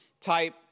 type